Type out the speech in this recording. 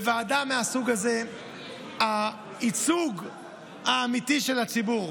בוועדה מהסוג הזה הייצוג האמיתי של הציבור,